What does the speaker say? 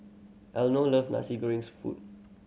Elenor love nasi gorengs food